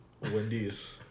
Wendy's